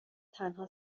تنها